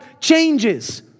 changes